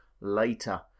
later